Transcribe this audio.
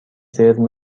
سرو